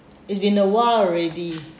it's been a while already